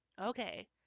Okay